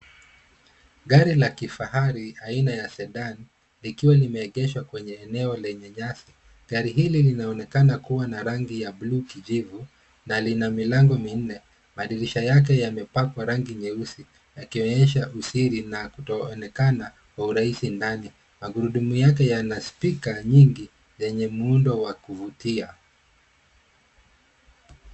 Gari la kifahari, aina ya Sedan, likiwa limeegeshwa kwenye eneo lenye nyasi, gari hili linaonekana kuwa na rangi ya blue kijivu na lina milango minne. Madirisha yake yamepakwa rangi nyeusi yakionyesha usiri na kutoonekana kwa urahisi ndani. Magurudumu yake yana spika nyingi, zenye muundo wa kuvutia.